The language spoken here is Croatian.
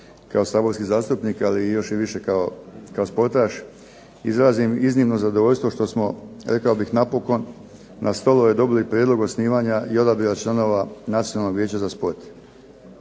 kao saborski zastupnik, ali još i više kao športaš izrazim iznimno zadovoljstvo što smo, rekao bih napokon na stolove dobili prijedlog osnivanja i odabira članova Nacionalnog vijeća za sport.